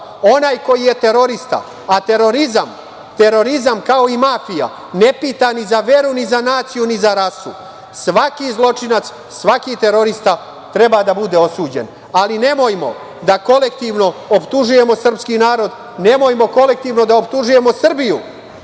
onaj koji je terorista, a terorizam, kao i mafija, ne pita ni za veru, ni za naciju, ni za rasu. Svaki zločinac, svaki terorista treba da bude osuđen. Ali, nemojmo da kolektivno optužujemo srpski narod. Nemojmo kolektivno da optužujemo Srbiju